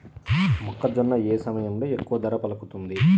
మొక్కజొన్న ఏ సమయంలో ఎక్కువ ధర పలుకుతుంది?